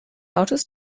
autos